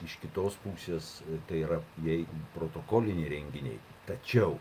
iš kitos pusės tai yra jeigu protokoliniai renginiai tačiau